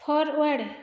forward